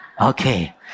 Okay